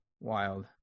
Wild